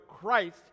Christ